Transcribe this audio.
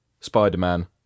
Spider-Man